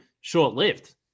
short-lived